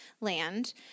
land